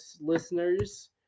listeners